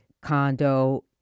condo